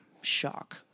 shock